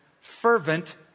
fervent